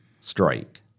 strike